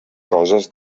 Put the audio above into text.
coses